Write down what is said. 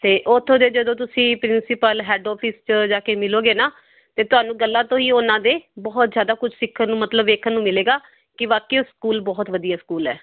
ਅਤੇ ਉੱਥੋਂ ਦੇ ਜਦੋਂ ਤੁਸੀਂ ਪ੍ਰਿੰਸੀਪਲ ਹੈੱਡ ਓਫਿਸ 'ਚ ਜਾ ਕੇ ਮਿਲੋਗੇ ਨਾ ਅਤੇ ਤੁਹਾਨੂੰ ਗੱਲਾਂ ਤੋਂ ਹੀ ਉਹਨਾਂ ਦੇ ਬਹੁਤ ਜਿਆਦਾ ਕੁਛ ਸਿੱਖਣ ਨੂੰ ਮਤਲਬ ਵੇਖਣ ਨੂੰ ਮਿਲੇਗਾ ਕਿ ਵਾਕਈ ਉਹ ਸਕੂਲ ਬਹੁਤ ਵਧੀਆ ਸਕੂਲ ਹੈ